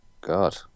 God